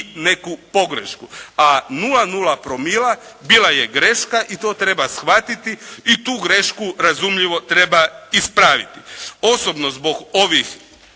neku pogrešku. A 0,0 promila bila je greška i to treba shvatiti i tu grešku razumljivo treba ispraviti. Osobno zbog ovih